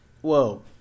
Whoa